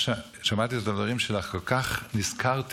שמעתי את הדברים שלך, וכל כך נזכרתי,